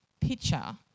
picture